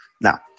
Now